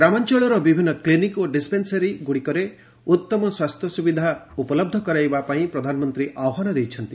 ଗ୍ରାମାଞ୍ଚଳର ବିଭିନ୍ନ କ୍ଲିନିକ୍ ଓ ଡିସ୍ପେନସାରୀ ଗୁଡ଼ିକରେ ଉତ୍ତମ ସ୍ୱାସ୍ଥ୍ୟ ସୁବିଧା ଉପଲବ୍ଧ କରାଇବାପାଇଁ ପ୍ରଧାନମନ୍ତ୍ରୀ ଆହ୍ୱାନ ଦେଇଛନ୍ତି